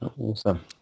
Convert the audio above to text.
awesome